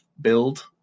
build